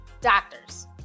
doctors